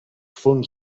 fons